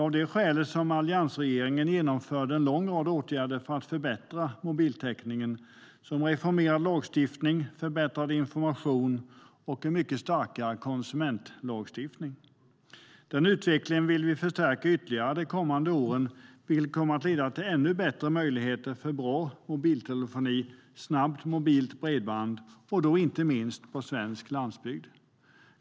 Av det skälet genomförde alliansregeringen en lång rad åtgärder för att förbättra mobiltäckningen, till exempel reformerad lagstiftning, förbättrad information och en mycket starkare konsumentlagstiftning. Den utvecklingen vill vi förstärka ytterligare de kommande åren, vilket kommer att leda till ännu bättre möjligheter för bra mobiltelefoni och snabbt mobilt bredband, inte minst på svensk landsbygd.